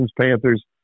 Panthers